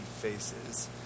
faces